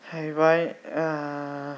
जाहैबाय